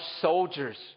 soldiers